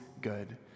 good